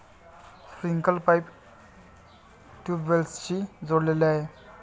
sprinkler pipe ट्यूबवेल्सशी जोडलेले आहे